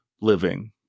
living